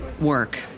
work